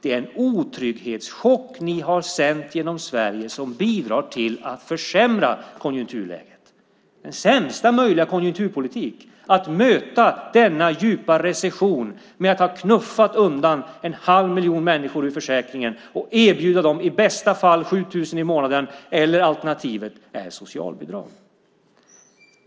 Det är en otrygghetschock ni har sänt genom Sverige som bidrar till att försämra konjunkturläget. Det är den sämsta möjliga konjunkturpolitiken att möta denna djupa recession med att ha knuffat undan en halv miljon människor ur försäkringen och erbjuda dem i bästa fall 7 000 i månaden. Alternativet är socialbidraget.